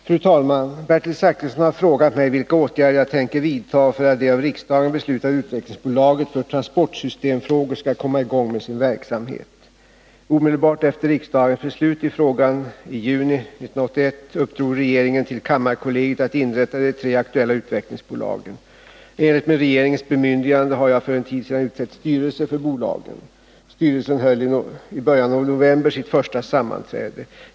Fru talman! Bertil Zachrisson har frågat mig vilka åtgärder jag tänker vidta för att det av riksdagen beslutade utvecklingsbolaget för transportsystem frågor skall komma i gång med sin verksamhet. Omedelbart efter riksdagens beslut i frågan i juni 1981 uppdrog regeringen till kammarkollegiet att inrätta de tre aktuella utvecklingsbolagen. I enlighet med regeringens bemyndigande har jag för en tid sedan utsett styrelse för bolagen. Styrelsen höll i början av november sitt första sammanträde.